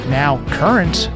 now-current